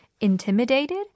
intimidated